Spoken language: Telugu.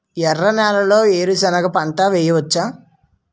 ఎర్ర నేలలో వేరుసెనగ పంట వెయ్యవచ్చా?